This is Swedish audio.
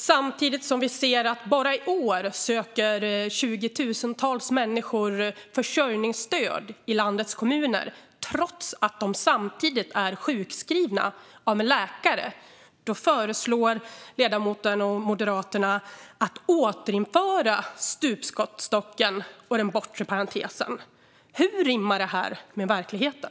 Samtidigt som vi ser att det bara i år är över 20 000 människor som söker försörjningsstöd i landets kommuner trots att de är sjukskrivna av en läkare föreslår Moderaterna att stupstocken och den bortre parentesen ska återinföras. Hur rimmar det med verkligheten?